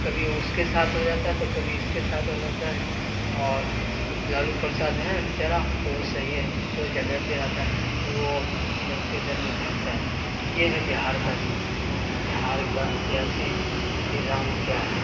کبھی اس کے ساتھ ہو جاتا ہے تو کبھی اس کے ساتھ ہو جاتا ہے اور ایک لالو پرساد ہے بےچارہ وہ صحیح ہے وہ جگہ پہ رہتا ہے وہ ادھر سے ادھر نہیں بھاگتا ہے یہ ہے بہار کا بہار کا سیاسی نظام کیا ہے